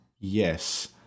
Yes